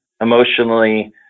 emotionally